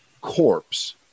corpse